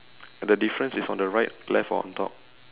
the difference is on the right left or on top